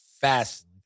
fast